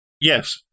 Yes